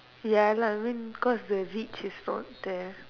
ya lah I mean cause the reach is not there